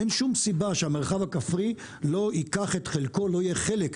אין שום סיבה שהמרחב הכפרי לא יהיה חלק.